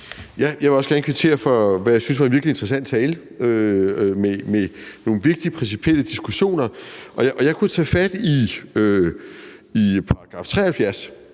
Jeg vil også gerne kvittere for, hvad jeg synes var en virkelig interessant tale med nogle vigtige principielle diskussioner. Jeg kunne tage fat i § 73